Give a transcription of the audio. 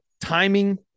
Timing